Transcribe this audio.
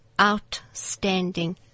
outstanding